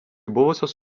buvusios